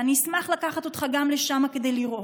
ואני אשמח לקחת אותך לשם כדי לראות.